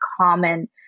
common